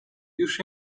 już